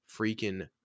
freaking